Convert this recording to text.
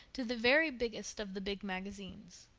to the very biggest of the big magazines.